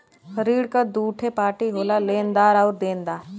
ऋण क दूठे पार्टी होला लेनदार आउर देनदार